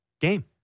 game